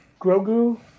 Grogu